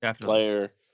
player